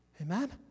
Amen